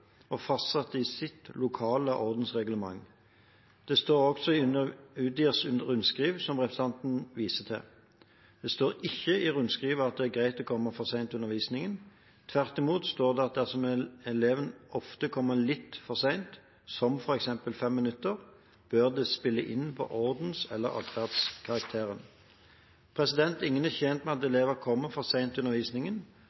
og fastsette i sitt lokale ordensreglement. Dette står også i Utdanningsdirektoratets rundskriv, som representanten viser til. Det står ikke i rundskrivet at det er greit å komme for sent til undervisningen. Tvert imot står det at dersom eleven ofte kommer litt for sent, f.eks. 5 minutter, bør det spille inn på ordens- eller atferdskarakteren. Ingen er tjent med at